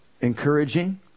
encouraging